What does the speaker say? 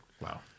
wow